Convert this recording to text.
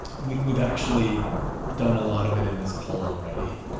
we've we've actually done a lot of it in this call already.